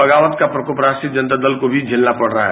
बगावत का प्रकोप राष्ट्रीय जनता दल को भी झेलना पड रहा है